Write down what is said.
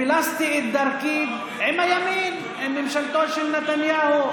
פילסתי את דרכי עם הימין, עם ממשלתו של נתניהו,